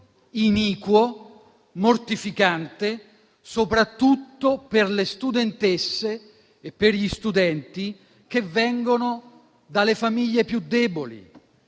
iniquo, mortificante, soprattutto per le studentesse e per gli studenti che vengono dalle famiglie più deboli,